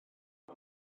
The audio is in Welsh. mae